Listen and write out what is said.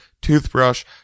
toothbrush